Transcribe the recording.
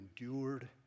endured